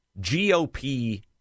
GOP